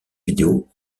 vidéo